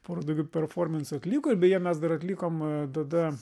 porą tokių performansų atliko ir beje mes dar atlikom tada